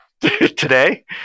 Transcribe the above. Today